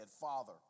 Father